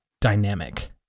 dynamic